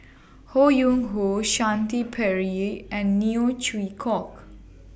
Ho Yuen Hoe Shanti Pereira and Neo Chwee Kok